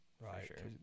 right